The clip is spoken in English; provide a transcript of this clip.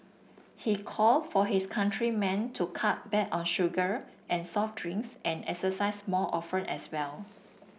he called for his countrymen to cut back on sugar and soft drinks and exercise more often as well